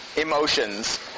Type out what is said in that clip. emotions